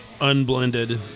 unblended